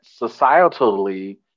societally